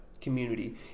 community